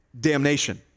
Damnation